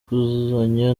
kuzuzanya